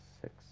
six